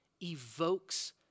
evokes